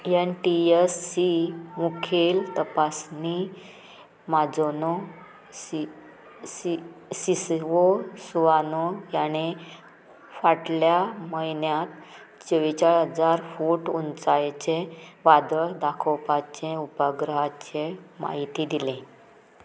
N T S C मुखेल तपासणी माजोनो सी सी सी सी ओ सुवानो ह्याणें फाटल्या म्हयन्यांत चोव्वेचाळीस हजार फूट उंचायेचे वादळ दाखोवपाचें उपाग्रहाचे म्हायती दिलें